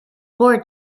board